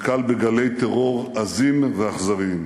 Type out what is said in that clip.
נתקל בגלי טרור עזים ואכזריים.